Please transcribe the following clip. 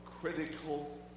critical